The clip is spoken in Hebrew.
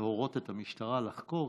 להורות למשטרה לחקור,